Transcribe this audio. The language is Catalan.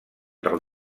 del